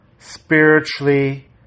spiritually